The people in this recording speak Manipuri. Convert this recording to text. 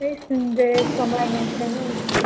ꯑꯩ ꯏꯁꯀꯤꯟꯁꯦ ꯀꯝꯕꯥꯏꯅꯦꯁꯟ ꯌꯧꯗꯦ